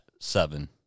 seven